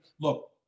look